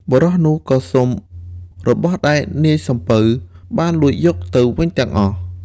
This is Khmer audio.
បុរសនោះក៏សុំរបស់ដែលនាយសំពៅបានលួចយកទៅវិញទាំងអស់។